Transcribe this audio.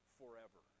forever